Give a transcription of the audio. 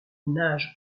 nage